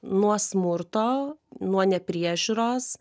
nuo smurto nuo nepriežiūros